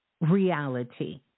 reality